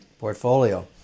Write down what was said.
portfolio